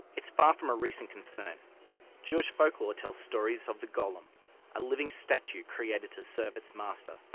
it's far from a recent concern jewish folklore tells stories of the golem a living statue created to serve its master,